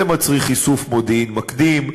זה מצריך איסוף מודיעין מקדים,